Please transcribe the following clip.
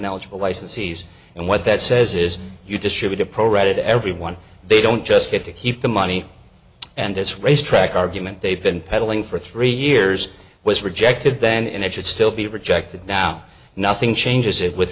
eligible licensees and what that says is you distributed pro rata to everyone they don't just get to keep the money and this race track argument they've been peddling for three years was rejected then and it should still be rejected now nothing changes it with